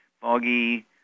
foggy